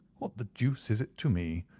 what the deuce is it to me?